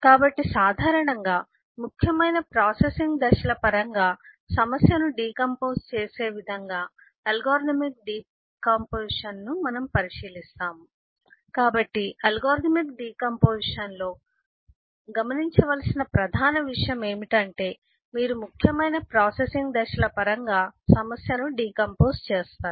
కాబట్టి సాధారణంగా ముఖ్యమైన ప్రాసెసింగ్ దశల పరంగా సమస్యను డికంపోస్ చేసే విధంగా అల్గోరిథమిక్ డికాంపొజిషన్ ను మనం పరిశీలిస్తాము కాబట్టి అల్గోరిథమిక్ డికాంపొజిషన్లో గమనించవలసిన ప్రధాన విషయం ఏమిటంటే మీరు ముఖ్యమైన ప్రాసెసింగ్ దశల పరంగా సమస్యను డికంపోస్ చేస్తారు